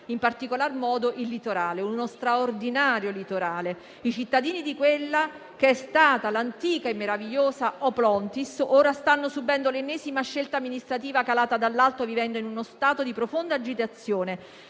in particolar modo il litorale, uno straordinario litorale. I cittadini di quella che è stata l'antica e meravigliosa Oplontis stanno ora subendo l'ennesima scelta amministrativa calata dall'alto, vivendo in uno stato di profonda agitazione.